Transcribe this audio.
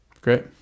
great